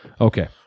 Okay